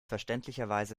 verständlicherweise